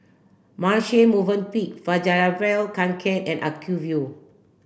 Marche Movenpick Fjallraven Kanken and Acuvue